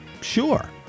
sure